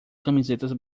camisetas